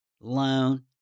loan